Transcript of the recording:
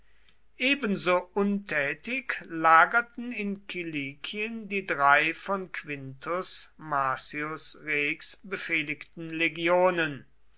ebenso untätig lagerten in kilikien die drei von quintus marcius rex befehligten legionen